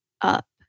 up